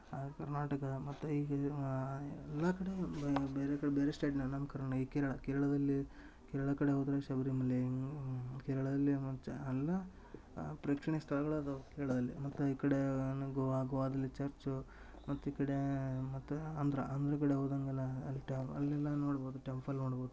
ಆ ಕರ್ನಾಟಕ ಮತ್ತು ಈಗ ಎಲ್ಲಾ ಕಡೆ ಬೇರೆ ಕಡೆ ಬೇರೆ ಸ್ಟೇಟ್ನಾಗ ನಮ್ಮ ಕರ್ನಾಟಕ ಈ ಕೇರಳ ಕೇರಳದಲ್ಲಿ ಕೇರಳ ಕಡೆ ಹೋದ್ರೆ ಶಬರಿಮಲೆ ಕೇರಳದಲ್ಲಿ ಅಲ್ಲ ಪ್ರೇಕ್ಷಣೀಯ ಸ್ಥಳಗಳ್ ಅದಾವು ಕೇರಳದಲ್ಲಿ ಮತ್ತು ಈಕಡೆ ಅನ್ ಗೋವಾ ಗೋವಾದಲ್ಲಿ ಚರ್ಚು ಮತ್ತೆ ಈಕಡೆ ಮತ್ತೆ ಆಂದ್ರ ಆಂಧ್ರ ಕಡೆ ಹೊದಂಗನ ಅಲ್ಲಿ ಟ್ಯಾಮ್ ಅಲ್ಲೆಲ್ಲಾ ನೋಡ್ಬೌದು ಟೆಂಪಲ್ ನೋಡ್ಬೌದು ತ